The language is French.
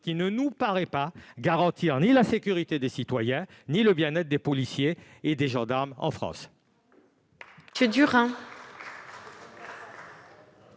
qui ne nous paraît garantir ni la sécurité des citoyens ni le bien-être des policiers et des gendarmes en France.